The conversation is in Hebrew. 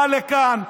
בא לכאן.